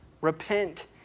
repent